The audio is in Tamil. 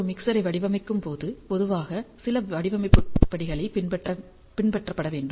ஒரு மிக்சரை வடிவமைக்கும்போது பொதுவாக சில வடிவமைப்பு படிகளைப் பின்பற்றப்பட வேண்டும்